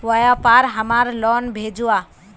व्यापार हमार लोन भेजुआ?